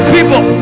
people